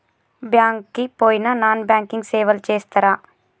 Bank కి పోయిన non banking సేవలు చేస్తరా?